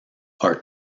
are